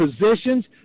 positions